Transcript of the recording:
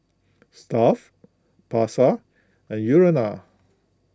Stuff'd Pasar and Urana